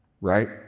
Right